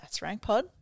that'srankpod